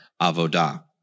avodah